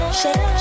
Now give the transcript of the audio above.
shake